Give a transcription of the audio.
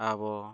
ᱟᱵᱚ